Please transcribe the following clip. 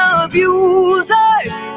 abusers